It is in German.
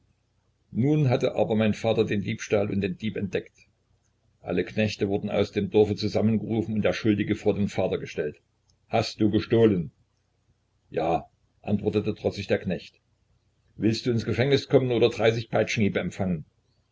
nun hatte aber mein vater den diebstahl und den dieb entdeckt alle knechte wurden aus dem dorfe zusammengerufen und der schuldige vor den vater gestellt hast du gestohlen ja antwortete trotzig der knecht willst du ins gefängnis kommen oder dreißig peitschenhiebe empfangen